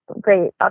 great